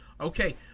Okay